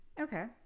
Okay